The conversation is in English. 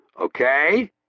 Okay